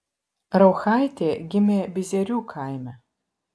rauchaitė gimė bizierių kaime